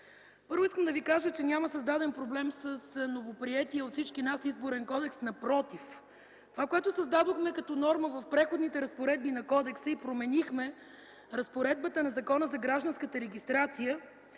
Първо искам да Ви кажа, че няма създаден проблем с новоприетия от всички нас Изборен кодекс. Напротив – това, което създадохме като норма в Преходните разпоредби на Кодекса и променихме разпоредбата на Закона за гражданската регистрация,